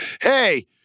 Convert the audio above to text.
Hey